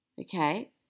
Okay